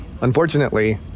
unfortunately